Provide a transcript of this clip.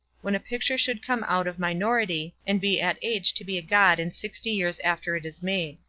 when a picture should come out of minority, and be at age to be a god in sixty years after it is made.